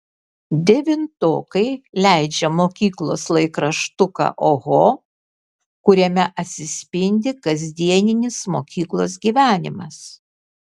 devintokai leidžia mokyklos laikraštuką oho kuriame atsispindi kasdieninis mokyklos gyvenimas